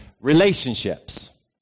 relationships